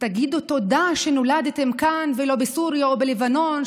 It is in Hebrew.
תגידו תודה שנולדתם כאן ולא בסוריה או בלבנון,